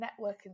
networking